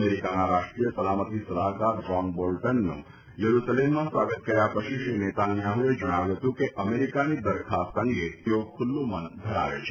અમેરિકાના રાષ્ટ્રીય સલામતી સલાહકાર જાન બોલ્ટોનનું યેરૂસલેમમાં સ્વાગત કર્યા પછી શ્રી નેતાન્યાહુએ જણાવ્યું હતું કે અમેરિકાની દરખાસ્ત અંગે તેઓ ખુલ્લુ મન ધરાવે છે